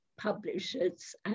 publishers